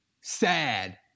sad